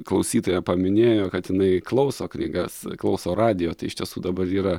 klausytoja paminėjo kad jinai klauso knygas klauso radijo tai iš tiesų dabar yra